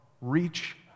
reach